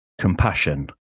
Compassion